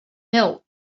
milk